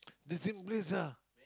the same place ah